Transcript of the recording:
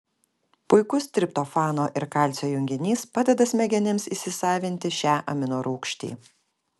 puikus triptofano ir kalcio junginys padeda smegenims įsisavinti šią aminorūgštį